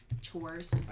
chores